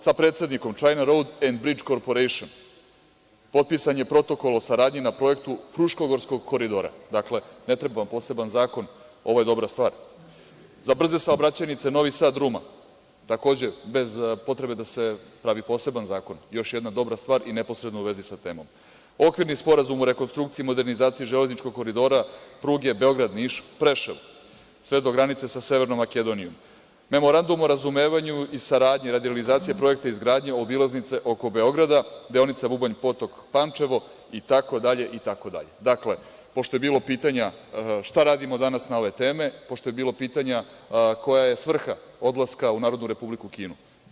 Sa predsednikom "China Road and Bridge Corporation" potpisan je: Protokol o saradnji na projektu Fruškogorskog koridora, dakle, ne treba vam poseban zakon, ovo je dobra stvar; za brze saobraćajnice Novi Sad-Ruma, takođe, bez potrebe da se pravi poseban zakon, još jedna dobra stvar i neposredno u vezi sa temom; Okvirni sporazum o rekonstrukciji i modernizaciji železničkog koridora pruge Beograd-Niš-Preševo, sve do granice sa Severnom Makedonijom; Memorandum o razumevanju i saradnji radi realizacije projekta izgradnje obilaznice oko Beograda, deonica Bubanj Potok-Pančevo, itd, itd, pošto je bilo pitanja šta radimo danas na ove teme, pošto je bilo pitanja koja je svrha odlaska u Narodnu Republiku Kinu.